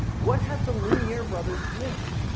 what had the lumiere brothers missed?